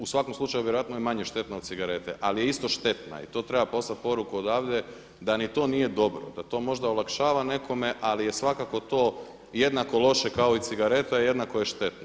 U svakom slučaju vjerojatno je manje štetna od cigarete ali je isto štetna i to treba poslat poruku odavde da ni to nije dobro, da to možda olakšava nekome, ali je svakako to jednako loše kao i cigareta, jednako je štetno.